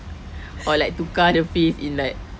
or like tukar the face in like